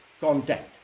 Contact